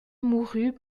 mourut